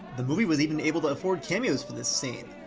the movie was even able to afford cameos for this scene!